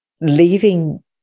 leaving